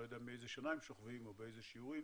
לא יודע מאיזה שנה הם שוכבים או באיזה שיעורים